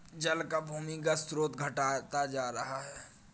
जल का भूमिगत स्रोत घटता जा रहा है